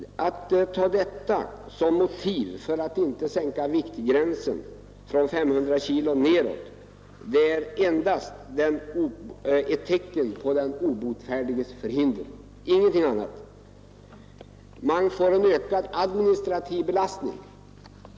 Att ta detta som motiv för att inte sänka viktgränsen 500 kg är ingenting annat än ett tecken på den obotfärdiges förhinder. Det sägs att man får en ökad administrativ belastning.